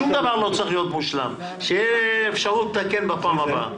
שום דבר לא צריך להיות משולם כדי שתהיה אפשרות לתקן בפעם הבאה.